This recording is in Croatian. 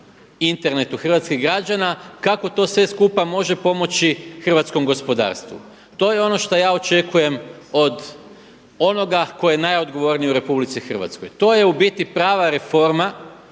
hrvatskih građana, kako to sve skupa može pomoći hrvatskom gospodarstvu. To je ono što ja očekujem od onoga tko je najodgovorniji u RH. To je u biti prava reforma